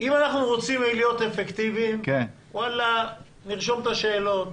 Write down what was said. אם אנחנו רוצים להיות אפקטיביים, נרשום את השאלות,